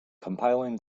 compiling